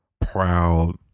proud